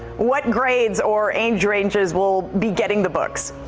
what grades orange ranges will be getting the books.